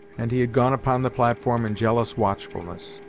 and he had gone upon the platform in jealous watchfulness.